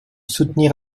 soutenir